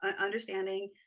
understanding